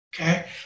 Okay